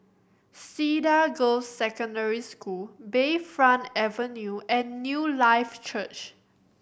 Cedar Girls' Secondary School Bayfront Avenue and Newlife Church